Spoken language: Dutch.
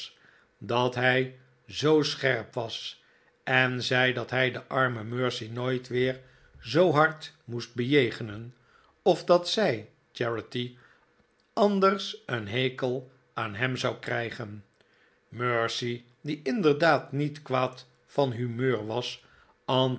dat hij zoo scherp was en zei dat hij de arme mercy nooit weer zoo hard moest bejegenen of dat zij charity anders een hekel aan hem zou krijgen mercy die inderdaad niet kwaad van humeur was